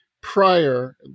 prior